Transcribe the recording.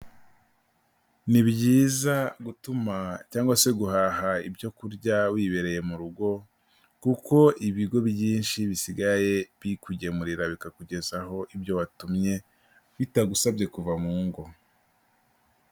Ni byiza gutuma cyangwa se guhaha ibyo kurya wibereye mu rugo, kuko ibigo byinshi bisigaye bikugemurira bikakugezaho ibyo watumye bitagusabye kuva mu ngo.